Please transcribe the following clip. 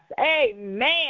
amen